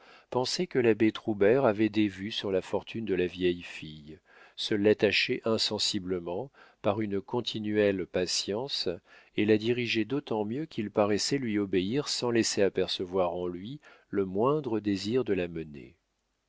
pensaient que l'abbé troubert avait des vues sur la fortune de la vieille fille se l'attachait insensiblement par une continuelle patience et la dirigeait d'autant mieux qu'il paraissait lui obéir sans laisser apercevoir en lui le moindre désir de la mener